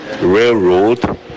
railroad